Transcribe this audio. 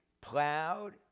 plowed